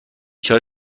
چاره